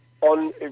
on